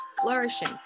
flourishing